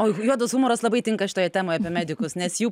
oh juodas humoras labai tinka šitoje temoj apie medikus nes jų